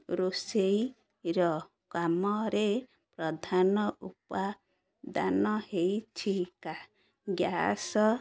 ରୋଷେଇର କାମରେ ପ୍ରଧାନ ଉପାଦାନ ହେଇଛିକା ଗ୍ୟାସ